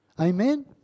Amen